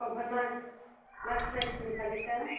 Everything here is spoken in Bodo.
ओमफ्राय मा मास्राइचनि फालिफ्रा